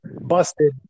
busted